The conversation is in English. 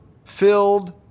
Filled